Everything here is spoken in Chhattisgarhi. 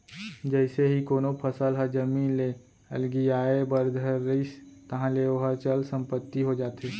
जइसे ही कोनो फसल ह जमीन ले अलगियाये बर धरिस ताहले ओहा चल संपत्ति हो जाथे